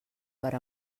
per